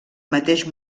mateix